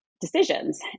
decisions